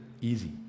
easy